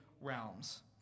realms